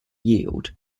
yield